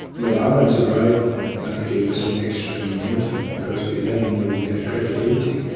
with alan's arrival, that gave us an extra momentum because we then knew we had credibility,